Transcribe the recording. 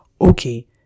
Okay